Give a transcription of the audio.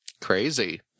Crazy